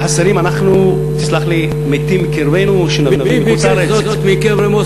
תסלח לי, מתים מקרבנו שנביא מחוץ-לארץ?